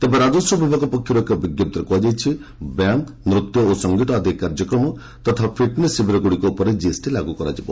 ତେବେ ରାଜସ୍ୱ ବିଭାଗ ପକ୍ଷରୁ ଏକ ବିଞ୍ଜପ୍ତିରେ କୁହାଯାଇଛି ବ୍ୟାୟାମ ନୂତ୍ୟ ଓ ସଂଗୀତ ଆଦି କାର୍ଯ୍ୟକ୍ରମ ତଥା ଫିଟ୍ନେସ୍ ଶିବିରଗୁଡ଼ିକ ଉପରେ ଜିଏସ୍ଟି ଲାଗୁ ହେବ